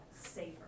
safer